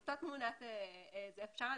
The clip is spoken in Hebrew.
שאלתי את אירנה, אם הבית של דיפלומט, מי מתנגד שם?